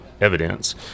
evidence